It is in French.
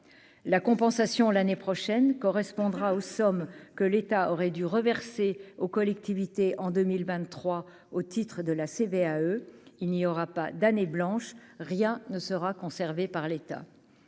la compensation l'année prochaine, correspondra aux sommes que l'État aurait dû reverser aux collectivités en 2000 23 au titre de la CVAE il n'y aura pas d'année blanche, rien ne sera conservée par l'État,